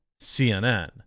CNN